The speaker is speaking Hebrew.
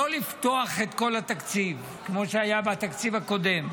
לא לפתוח את כל התקציב, כמו שהיה בתקציב הקודם,